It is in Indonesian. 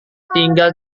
tinggal